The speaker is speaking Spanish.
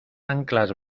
anclas